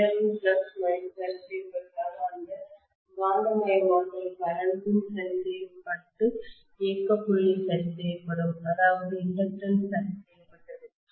பெயரளவு ஃப்ளக்ஸ் மதிப்பு சரி செய்யப்பட்டால் அந்த காந்தமயமாக்கல் கரண்டும் சரி செய்யப்பட்டு இயக்க புள்ளி சரி செய்யப்படும் அதாவது இண்டக்டன்ஸ் சரி செய்யப்பட்டது